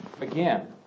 Again